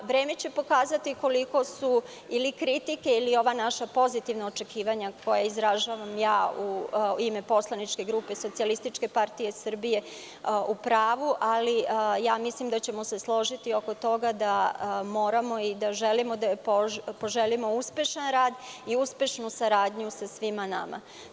Vreme će pokazati koliko su ili kritike ili ova naša pozitivna očekivanja, koja izražavam ja u ime poslaničke grupe SPS u pravu, ali mislim da ćemo se složiti oko toga da moramo i da želimo da joj poželimo uspešan rad i uspešnu saradnju sa svima nama.